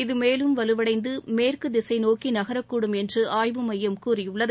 இது மேலும் வலுவளடந்து மேற்கு திசை நோக்கி நனர்க்கூடும் என்று ஆய்வு மையம் கூறியுள்ளது